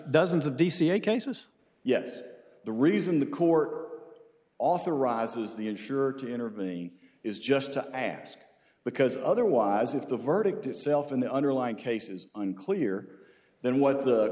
dozens of dca cases yes the reason the core authorizes the insurer to intervene the is just to ask because otherwise if the verdict itself in the underlying cases unclear then what the